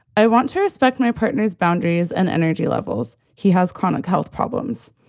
i want to respect my partner's boundaries and energy levels. he has chronic health problems.